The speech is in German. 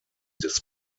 des